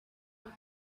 with